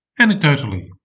anecdotally